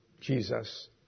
Jesus